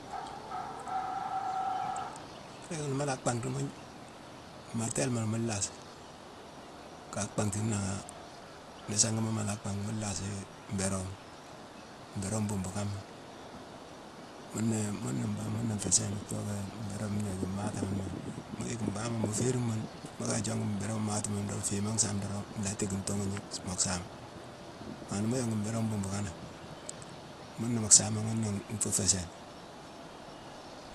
Puréghma ni mu la bhangh ri, mu-gn martélema la mu laasi ka bhanghtine nangha ni sangima mu bhangh, mu laasi mbérowoma. Mbérowo bumbu kama, muna, muna mbangh muna nfé sééne tooké mbérowo ngnoju, matame né. Mu yick mbambane mu férine mune mu ka jongu mbérowo maati mune dorong, fiima nsaame dorong, nlhaa téékine tuughani: muu saama. Ma ni mu yongu mbérowo bumbu kaname muna mu saama ghuna nfu fé sééne.